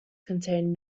contain